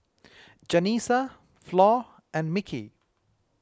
Janessa Flor and Mickey